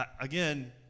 again